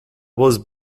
was